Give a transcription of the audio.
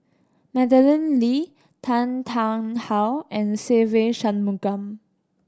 Madeleine Lee Tan Tarn How and Se Ve Shanmugam